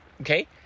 Okay